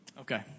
Okay